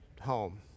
home